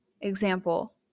example